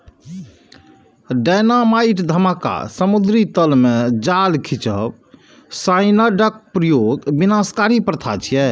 dynamite धमाका, समुद्री तल मे जाल खींचब, साइनाइडक प्रयोग विनाशकारी प्रथा छियै